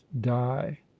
die